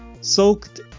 soaked